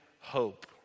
hope